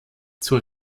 zur